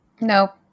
No